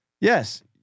Yes